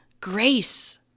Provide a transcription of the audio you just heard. grace